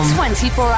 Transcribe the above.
24